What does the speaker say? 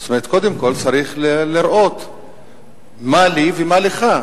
זאת אומרת, קודם כול צריך לראות מה לי ומה לך.